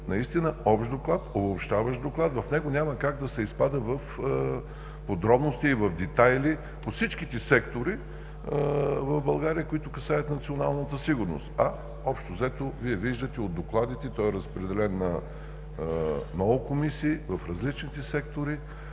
наистина общ доклад, обобщаващ доклад, в него няма как да се изпада в подробности и в детайли по всичките сектори в България, които касаят националната сигурност. А, общо взето, Вие виждате от докладите, той е разпределен на много комисии, в различните сектори.